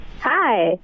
Hi